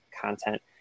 content